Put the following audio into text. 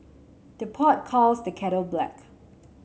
the pot calls the kettle black